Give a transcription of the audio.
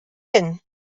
hyn